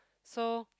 so